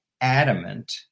adamant